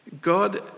God